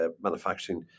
manufacturing